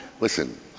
Listen